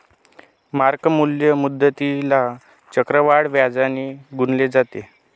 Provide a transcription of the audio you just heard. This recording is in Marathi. मार्क मूल्य मुद्दलीला चक्रवाढ व्याजाने गुणिले करते